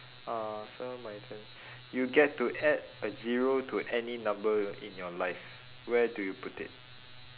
uh so my turn you get to add a zero to any number in your life where do you put it